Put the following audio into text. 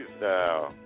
now